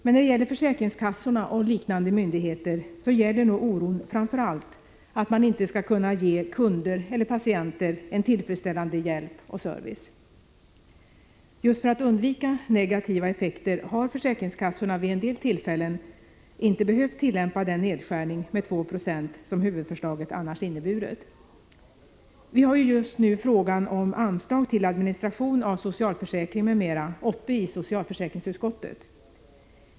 Men när det gäller försäkringskassorna och liknande myndigheter gäller nog oron framför allt att man inte skall kunna ge kunder eller patienter en tillfredsställande hjälp och service. Just för att undvika negativa effekter har försäkringskassorna vid en del tillfällen inte behövt tillämpa den nedskärning med 2 76 som huvudförslaget annars inneburit. Vi har just nu frågan om anslag till administration av socialförsäkring m.m. uppe till diskussion i socialförsäkringsutskottet.